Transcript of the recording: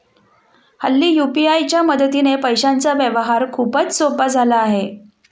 हल्ली यू.पी.आय च्या मदतीने पैशांचा व्यवहार खूपच सोपा झाला आहे